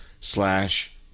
slash